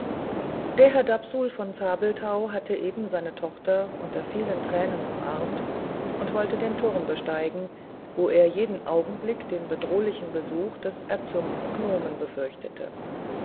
der herr dapsul von zabelthau hatte eben seine tochter unter vielen tränen umarmt und wollte den turm besteigen wo er jeden augenblick den bedrohlichen besuch des erzürnten gnomen befürchtete